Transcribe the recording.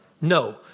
No